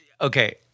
Okay